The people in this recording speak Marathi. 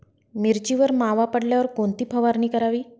मिरचीवर मावा पडल्यावर कोणती फवारणी करावी?